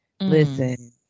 listen